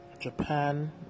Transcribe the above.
Japan